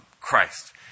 Christ